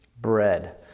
bread